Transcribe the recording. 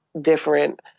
different